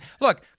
look